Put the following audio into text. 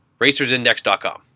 racersindex.com